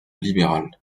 libéral